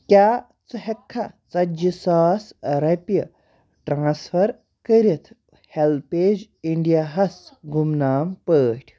کیٛاہ ژٕ ہیٚکہٕ کھا ژَتجی ساس رۄپیہِ ٹرانسفر کٔرِتھ ہیٚلپیج اِنٛڈیاہَس گمنام پٲٹھۍ